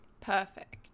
Perfect